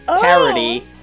Parody